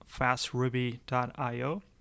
fastruby.io